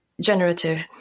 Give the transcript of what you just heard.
generative